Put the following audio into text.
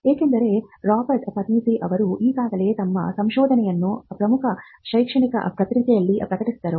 ಏಕೆಂದರೆ ರಾಬರ್ಟ್ ಪೆರ್ನೆಜ್ಕಿಯ ಅವರು ಈಗಾಗಲೇ ತಮ್ಮ ಸಂಶೋಧನೆಯನ್ನು ಪ್ರಮುಖ ಶೈಕ್ಷಣಿಕ ಪತ್ರಿಕೆಯಲ್ಲಿ ಪ್ರಕಟಿಸಿದ್ದರು